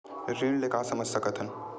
ऋण ले का समझ सकत हन?